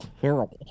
terrible